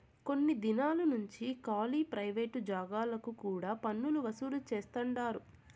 కొన్ని దినాలు నుంచి కాలీ ప్రైవేట్ జాగాలకు కూడా పన్నులు వసూలు చేస్తండారు